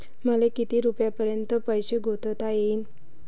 मले किती रुपयापर्यंत पैसा गुंतवता येईन?